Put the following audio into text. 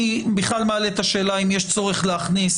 אני בכלל מעלה את השאלה האם יש צורך להכניס